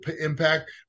impact